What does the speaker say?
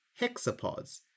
hexapods